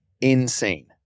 insane